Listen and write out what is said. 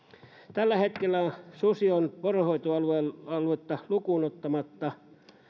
tällä hetkellä susi on poronhoitoaluetta lukuun ottamatta